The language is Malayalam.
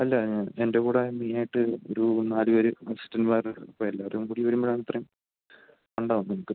അല്ല ഞാൻ എൻ്റെ കൂടെ മെയിനായിട്ട് ഒരു നാല് പേര് അസ്സിസ്റ്റൻറുമാര് എല്ലാവരും കൂടി വരുമ്പോഴാണ് ഇത്രയും ഉണ്ടാകും നമുക്ക്